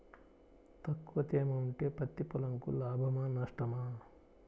తక్కువ తేమ ఉంటే పత్తి పొలంకు లాభమా? నష్టమా?